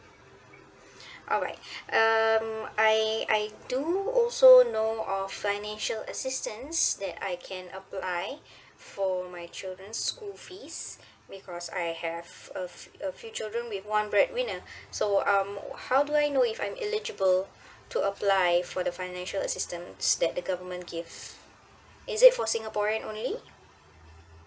alright um I I do also know of financial assistance that I can apply for my children's school fees because I have a a few children with one breadwinner so um how do I know if I'm eligible to apply for the financial assistance that the government give is it for singaporean only